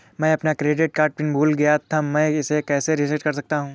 मैं अपना credit card PIN भूल गया था मैं इसे कैसे रीसेट कर सकता हूँ?